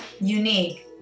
unique